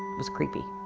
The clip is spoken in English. was creepy,